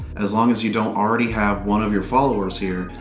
as long as you don't already have one of your followers here,